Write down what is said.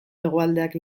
hegoaldeak